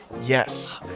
Yes